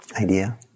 Idea